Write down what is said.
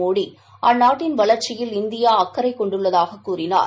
மோடி அந்நாட்டின் வளர்ச்சியில் இந்தியா அக்கறை கொண்டுள்ளதாக கூறினார்